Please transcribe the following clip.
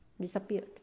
disappeared